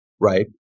right